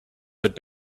but